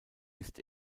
ist